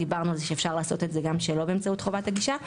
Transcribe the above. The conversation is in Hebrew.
דיברנו על זה שאפשר לעשות את זה גם שלא באמצעות חובת הגישה.